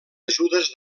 ajudes